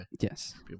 Yes